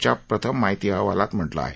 च्या प्रथम माहिती अहवालात म्हटलं आहे